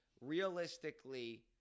Realistically